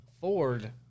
Ford